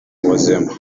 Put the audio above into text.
buzima